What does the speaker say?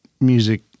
music